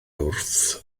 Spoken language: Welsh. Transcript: wrth